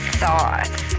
sauce